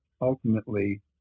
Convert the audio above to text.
ultimately